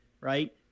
right